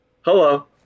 Hello